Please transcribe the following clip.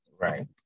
Right